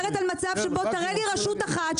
תראה לי רשות אחת,